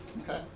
Okay